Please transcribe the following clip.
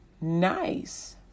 nice